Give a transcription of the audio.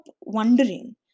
wondering